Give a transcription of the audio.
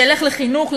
שילך לחינוך,